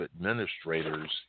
administrators